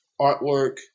artwork